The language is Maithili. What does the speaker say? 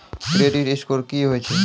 क्रेडिट स्कोर की होय छै?